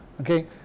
Okay